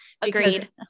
Agreed